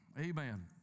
Amen